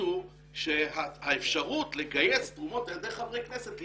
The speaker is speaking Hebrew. החליטו שהאפשרות לגייס תרומות על ידי חברי כנסת היא